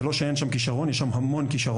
זה לא שאין שם כישרון, יש שם המון כישרון.